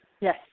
yes